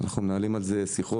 אנחנו מנהלים על זה שיחות